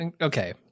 okay